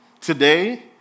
today